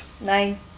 nine